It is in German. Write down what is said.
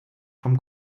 vom